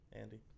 Andy